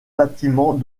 bâtiment